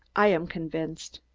i am gonvinced!